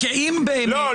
אם באמת --- לא.